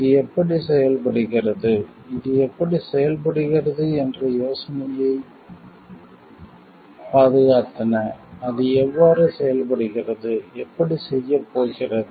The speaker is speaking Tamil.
இது எப்படிச் செயல்படுகிறது இது எப்படிச் செயல்படுகிறது என்ற யோசனைகளைப் பாதுகாத்தன அது எவ்வாறு செயல்படுகிறது எப்படிச் செய்யப் போகிறது